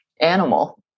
animal